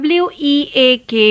w-e-a-k